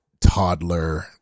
toddler